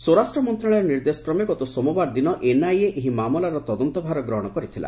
ସ୍ୱରାଷ୍ଟ୍ର ମନ୍ତ୍ରଣାଳୟ ନିର୍ଦ୍ଦେଶ କ୍ରମେ ଗତ ସୋମବାର ଦିନ ଏନ୍ଆଇଏ ଏହି ମାମଲାର ତଦନ୍ତଭାର ଗ୍ରହଣ କରିଥିଲା